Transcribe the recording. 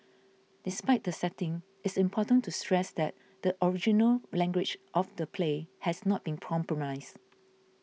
despite the setting it's important to stress that the original language of the play has not been